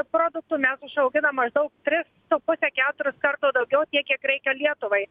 produktų mes užauginam maždaug tris su puse keturis karto daugiau tiek kiek reikia lietuvai